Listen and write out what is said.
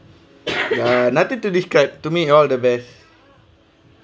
nothing to describe to me all the best